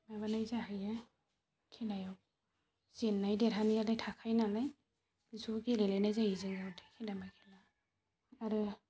माबानाय जाहैयो खेलायाव जेननाय देरहानायालाय थाखायो नालाय ज' गेलेलायनाय जायो जोङो अन्थाइ खेला मा खेला आरो